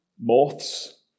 moths